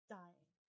dying